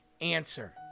answer